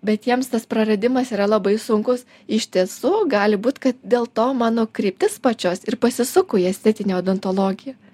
bet jiems tas praradimas yra labai sunkus iš tiesų gali būt kad dėl to mano kryptis pačios ir pasisuko į estetinę odontologiją